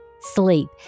sleep